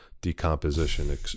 decomposition